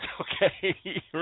Okay